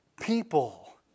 people